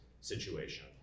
situation